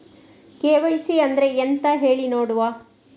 KYC ಅಂದ್ರೆ ಎಂತ ಹೇಳಿ ನೋಡುವ?